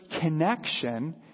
connection